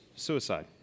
suicide